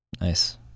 Nice